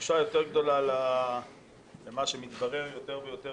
-- בושה יותר גדולה למה שמתברר יותר ויותר